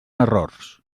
errors